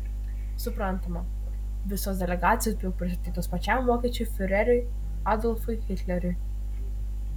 suprantama visos delegacijos buvo pristatytos pačiam vokiečių fiureriui adolfui hitleriui